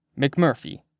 McMurphy